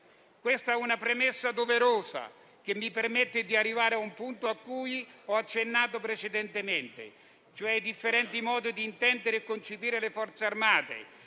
Questa è una premessa doverosa, che mi permette di arrivare a un punto cui ho accennato precedentemente, cioè i differenti modi di intendere e concepire le Forze armate.